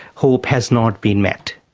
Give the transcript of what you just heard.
hope has not been met.